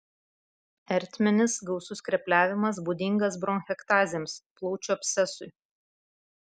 ertminis gausus skrepliavimas būdingas bronchektazėms plaučių abscesui